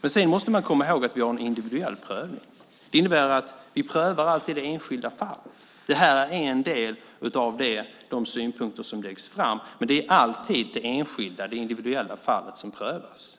Men man måste komma ihåg att vi sedan gör en individuell prövning. Det innebär att vi alltid prövar det enskilda fallet. Det här är en del av de synpunkter som läggs fram, men det är alltid det enskilda och individuella fallet som prövas.